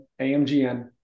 AMGN